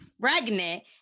pregnant